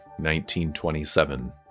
1927